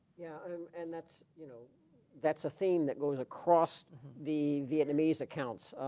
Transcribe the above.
yeah um and that's you know that's a theme that goes across the vietnamese accounts